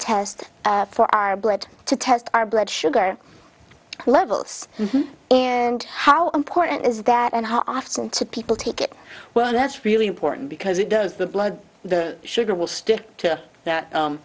test for our blood to test our blood sugar levels and how important is that and how often to people take it well and that's really important because it does the blood sugar will stick to that